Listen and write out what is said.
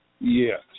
Yes